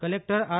collector R